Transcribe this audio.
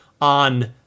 on